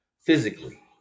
physically